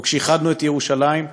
או שאיחדנו את ירושלים.